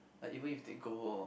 like even if they go